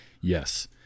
Yes